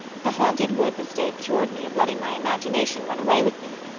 the haunted wood mistake cured me of letting my imagination run away with me.